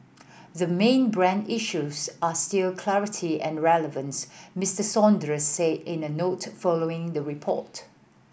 the main brand issues are still clarity and relevance Mister Saunders said in a note following the report